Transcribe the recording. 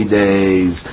days